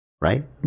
right